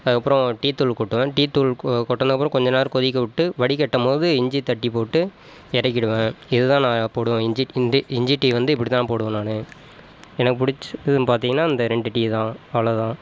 அதுக்கு அப்புறம் டீத்தூள் கொட்டுவேன் டீத்தூள் கோ கொட்டனப்புறம் கொஞ்சநேரம் கொதிக்க விட்டு வடிகட்டும் போது இஞ்சி தட்டிப்போட்டு இறக்கிடுவேன் இதுதான் நான் போடுவேன் இஞ்சி இஞ்சி டீ வந்து இப்படித்தான் போடுவேன் நானு எனக்கு பிடிச்சதுன்னு பார்த்தீங்கன்னா இந்த ரெண்டு டீ தான் அவ்வளோ தான்